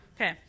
Okay